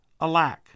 Alack